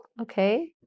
okay